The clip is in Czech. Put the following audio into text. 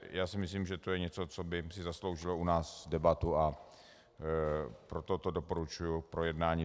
Já si myslím, že to je něco, co by si zasloužilo u nás debatu, a proto to doporučuji k projednání.